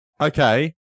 okay